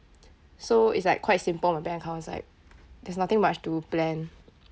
so it's like quite simple my bank account it's like there's nothing much to plan